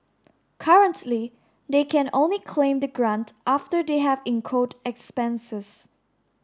currently they can only claim the grant after they have incurred expenses